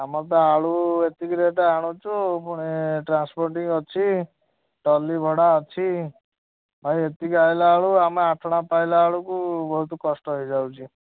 ଆମର ତ ଆଳୁ ଏତିକି ରେଟ୍ ଆଣୁଛୁ ପୁଣି ଟ୍ରାନ୍ସପୋଟିଂ ଅଛି ଟ୍ରଲି ଭଡ଼ା ଅଛି ଭାଇ ଏତିକି ଆସିଲା ବେଳକୁ ଆମେ ଆଠଣା ପାଇଲା ବେଳକୁ ବହୁତ କଷ୍ଟ ହେଇଯାଉଛି